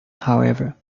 however